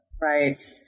Right